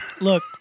Look